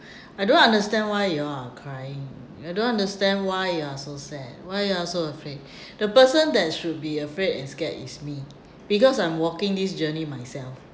I don't understand why you all are crying I don't understand why you are so sad why you are so afraid the person that should be afraid and scared is me because I'm walking this journey myself